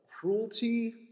Cruelty